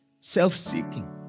self-seeking